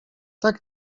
tak